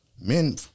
Men